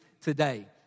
today